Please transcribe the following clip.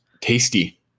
Tasty